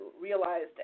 realized